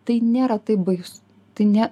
tai nėra taip baisu tai ne